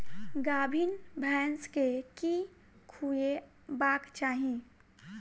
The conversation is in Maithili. गाभीन भैंस केँ की खुएबाक चाहि?